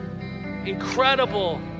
incredible